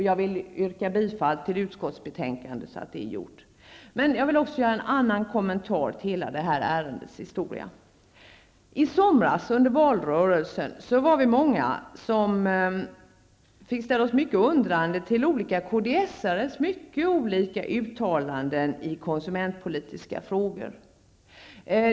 Jag vill yrka bifall till utskottets hemställan, så att det är gjort. Men jag vill också göra en annan kommentar till hela det här ärendets historia. I somras, under valrörelsen, var vi många som fick ställa oss mycket undrande till olika kdsares mycket varierande uttalanden i konsumentpolitiska frågor.